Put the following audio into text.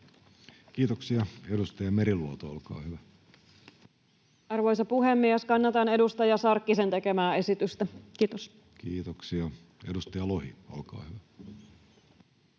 Kiitoksia. — Edustaja Meriluoto, olkaa hyvä. Arvoisa puhemies! Kannatan edustaja Sarkkisen tekemää esitystä. — Kiitos. Kiitoksia. — Edustaja Lohi, olkaa hyvä.